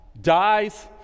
dies